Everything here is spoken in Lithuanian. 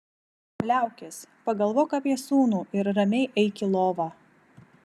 liaukis pagalvok apie sūnų ir ramiai eik į lovą